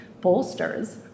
bolsters